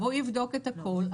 -- והוא יבדוק את הכול,